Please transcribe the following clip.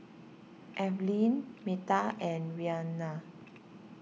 Evelin Meta and Reanna